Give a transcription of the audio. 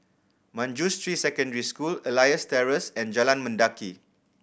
Manjusri Secondary School Elias Terrace and Jalan Mendaki